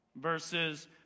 verses